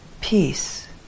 peace